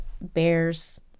bears